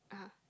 (uh huh)